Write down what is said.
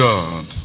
God